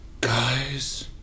Guys